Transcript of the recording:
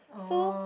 so